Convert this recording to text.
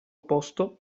opposto